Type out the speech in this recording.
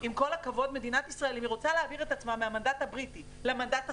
אם מדינת ישראל רוצה להעביר את עצמה מהמנדט הבריטי למנדט הסיני,